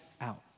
out